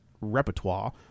repertoire